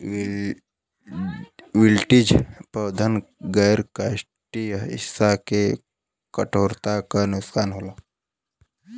wilting पौधन क गैर काष्ठीय हिस्सा के कठोरता क नुकसान होला